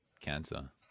cancer